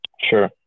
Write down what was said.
Sure